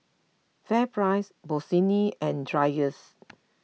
FairPrice Bossini and Dreyers